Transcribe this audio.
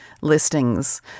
Listings